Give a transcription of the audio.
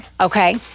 okay